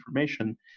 information